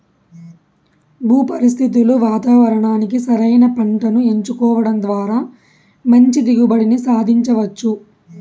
భూ పరిస్థితులు వాతావరణానికి సరైన పంటను ఎంచుకోవడం ద్వారా మంచి దిగుబడిని సాధించవచ్చు